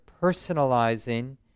personalizing